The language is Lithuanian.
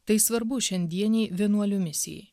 tai svarbu šiandienei vienuolių misijai